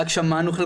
רק שמענו.